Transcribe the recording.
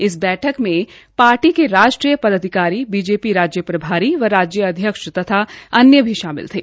इस बैठम पार्टी के राष्ट्रीय पदाधिकारी बीजेपी राज्य प्रभारी व राज्य अध्यक्ष तथा अन्य भी शामिल थे